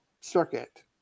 circuit